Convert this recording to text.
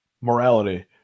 morality